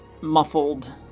muffled